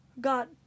got